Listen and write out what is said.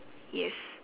yes